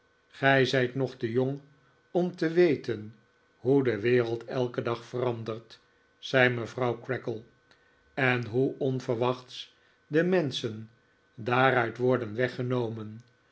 gij zijt nog te jong om te weten hoe de wereld elken dag verandert zei mevrouw creakle en hoe onverwachts de menschen daaruit worden weggenomen